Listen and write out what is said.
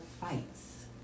fights